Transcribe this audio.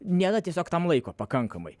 nėra tiesiog tam laiko pakankamai